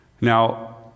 Now